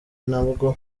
nabwo